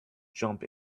jump